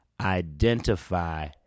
identify